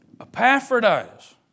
Epaphroditus